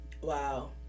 Wow